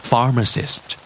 Pharmacist